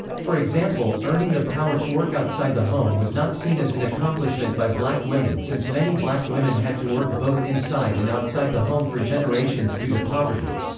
for example, earning the power to work outside the home was not seen as an accomplishment by black women since many black women had to work both inside and outside the home for generations generations due to poverty.